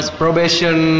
probation